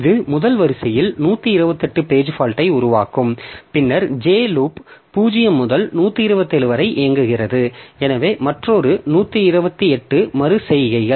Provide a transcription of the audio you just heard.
இது முதல் வரிசையில் 128 பேஜ் பால்ட்யை உருவாக்கும் பின்னர் j லூப் 0 முதல் 127 வரை இயங்குகிறது எனவே மற்றொரு 128 மறு செய்கைகள்